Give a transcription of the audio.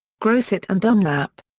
grosset and dunlap.